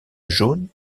jaune